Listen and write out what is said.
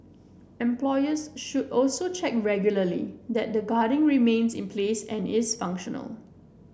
employers should also check regularly that the guarding remains in place and is functional